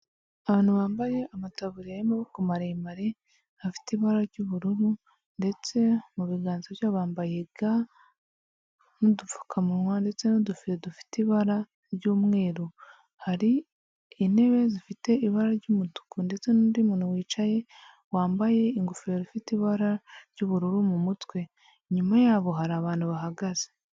Abantu bambaye amataburiya y'amaboko maremare afite ibara ry'ubururu ndetse mu biganza byabo bambaye ga n'udupfukamunwa ndetse n'udufire dufite ibara ry'umweru, hari intebe zifite ibara ry'umutuku ndetse n'undi muntu wicaye wambaye ingofero ifite ibara ry'ubururu mu mutwe, inyuma yabo hari abantu bahagaze.